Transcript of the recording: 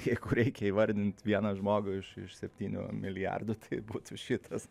jeigu reikia įvardint vieną žmogų iš iš septynių milijardų tai šitas